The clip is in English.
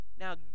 Now